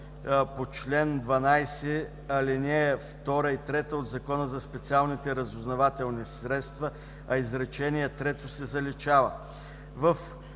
по чл. 12, ал. 2 и 3 от Закона за специалните разузнавателни средства“, а изречение трето се заличава.